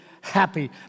happy